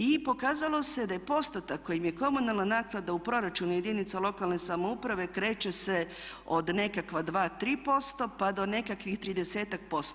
I pokazalo se da je postotak kojim je komunalna naknada u proračunu jedinica lokalne samouprave kreće se od nekakva 2,3% pa do nekakvih 30-ak%